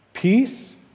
Peace